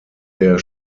der